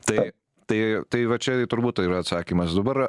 taip tai tai va čia turbūt yra atsakymas dabar